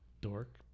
Dork